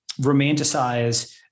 romanticize